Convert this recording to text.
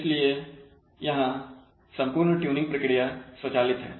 इसलिए यहां संपूर्ण ट्यूनिंग प्रक्रिया स्वचालित है